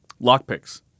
lockpicks